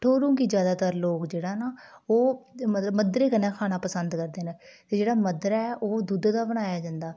भठोरू गी जादैतर लोक जेह्ड़े न ओह् मतलब मद्दरै कन्नै खाना पसंद करदे न ते जेह्ड़ा मद्दरा ऐ ओह् दुद्धै दा बनाया जंदा